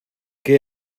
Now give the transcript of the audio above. qué